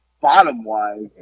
Bottom-wise